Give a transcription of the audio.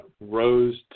rose